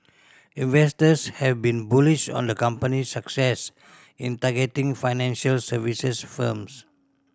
investors have been bullish on the company's success in targeting financial services firms